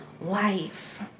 life